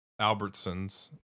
Albertson's